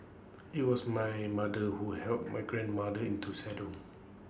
IT was my mother who help my grandmother into saddle